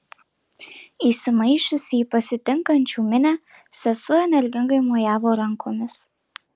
įsimaišiusi į pasitinkančių minią sesuo energingai mojavo rankomis